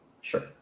sure